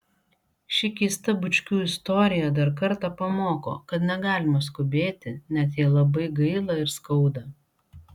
ši keista bučkių istorija dar kartą pamoko kad negalima skubėti net jei labai gaila ir skauda